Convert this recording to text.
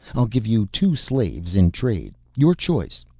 i'll give you two slaves in trade, your choice.